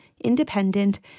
Independent